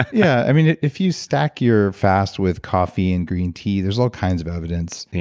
yeah. i mean if you stack your fast with coffee and green tea, there's all kinds of evidence.